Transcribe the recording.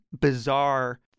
bizarre